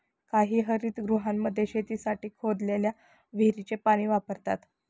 काही हरितगृहांमध्ये शेतीसाठी खोदलेल्या विहिरीचे पाणी वापरतात